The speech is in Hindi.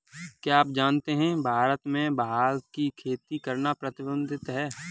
क्या आप जानते है भारत में भांग की खेती करना प्रतिबंधित है?